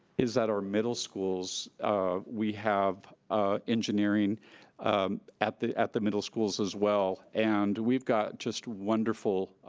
is that our middle schools um we have engineering at the at the middle schools, as well and we've got just wonderful,